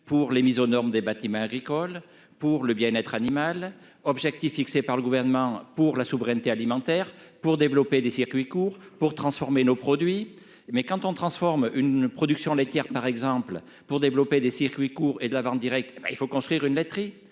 Pour les mises aux normes des bâtiments agricoles pour le bien-être animal, objectif fixé par le gouvernement pour la souveraineté alimentaire pour développer des circuits courts, pour transformer nos produits mais quand on transforme une production laitière, par exemple, pour développer des circuits courts et de la vente directe. Il faut construire une laiterie